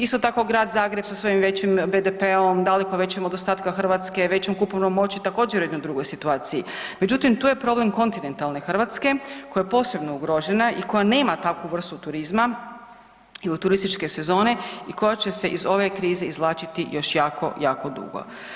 Isto tako Grad Zagreb sa svojim većim BDP-om, daleko većim od ostatka Hrvatske većom kupovnom moći također je u jednoj drugoj situaciji, međutim tu je problem Kontinentalne Hrvatske koja je posebno ugrožena i koja nema takvu vrstu turizma ili turističke sezone i koja će se iz ove krize izvlačiti još jako, jako dugo.